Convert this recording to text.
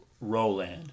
Roland